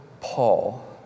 Paul